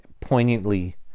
poignantly